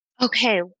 Okay